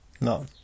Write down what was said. No